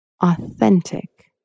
authentic